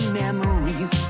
memories